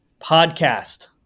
podcast